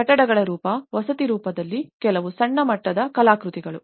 ಕಟ್ಟಡಗಳ ರೂಪ ವಸತಿ ರೂಪದಲ್ಲಿ ಕೆಲವು ಸಣ್ಣ ಮಟ್ಟದ ಕಲಾಕೃತಿಗಳು